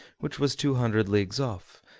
which was two hundred leagues off,